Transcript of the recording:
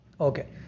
okay